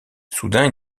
soudain